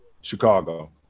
Chicago